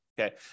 okay